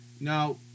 now